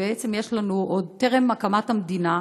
שבעצם יש לנו עוד טרם הקמת המדינה,